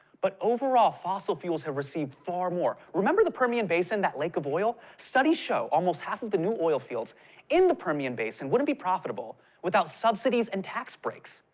but overall fossil fuels have received far more. remember the permian basin, that lake of oil? studies show almost half of the new oil fields in the permian basin wouldn't be profitable without subsidies and tax breaks.